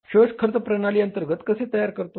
शोष खर्च प्रणाली अंतर्गत कसे तयार करतो